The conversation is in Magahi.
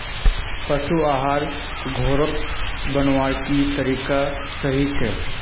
पशु आहार घोरोत बनवार की तरीका सही छे?